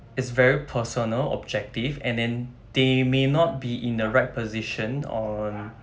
is very personal objective and then they may not be in the right position on